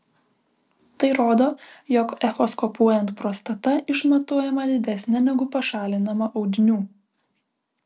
tai rodo jog echoskopuojant prostata išmatuojama didesnė negu pašalinama audinių